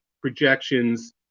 projections